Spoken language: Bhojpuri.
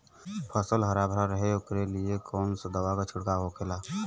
फसल हरा भरा रहे वोकरे लिए कौन सी दवा का छिड़काव होखेला?